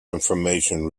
information